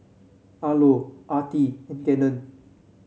Arlo Artie and Gannon